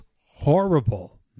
horrible